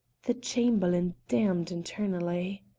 the chamberlain damned internally.